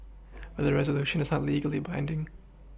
but the resolution is not legally binding